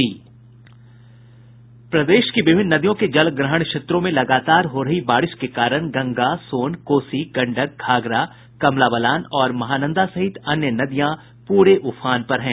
प्रदेश की विभिन्न नदियों के जलग्रहण क्षेत्रों में लगातार हो रही बारिश के कारण गंगा सोन कोसी गंडक घाघरा कमला बलान और महानंदा सहित अन्य नदियां पूरे उफान पर हैं